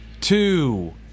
two